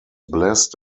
blessed